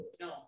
No